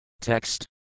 Text